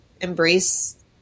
embrace